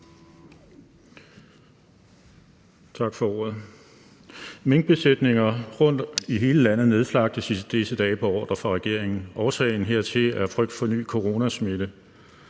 Minkbesætninger rundtomkring i hele landet nedslagtes i disse dage på ordre fra regeringen. Årsagen hertil er frygt for ny coronasmitte.